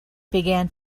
began